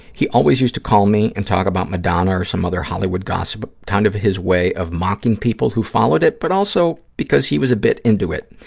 he always used to call me and talk about madonna or some other hollywood gossip, kind of his way of mocking people who followed it, but also because he was a bit into it.